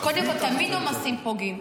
קודם כול, תמיד עומסים פוגעים.